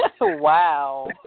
Wow